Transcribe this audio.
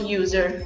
user